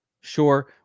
sure